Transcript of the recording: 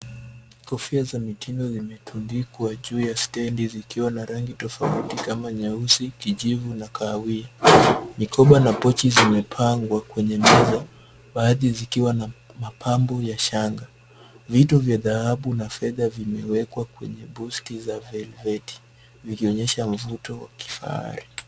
Kofia za mitindo zimetundikwa juu ya stendi, zikiwa na rangi tofauti kama nyeusi, kijivu na kahawia. Mikoba na pochi zimepangwa kwenye meza, baadhi zikiwa na mapambo ya shanga. Vitu vya dhahabu na fedha vimewekwa kwenye busti za velveti vikionyesha mivuto ya kifahari.